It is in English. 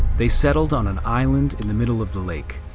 they settled on an island in the middle of the lake.